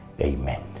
Amen